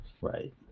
Right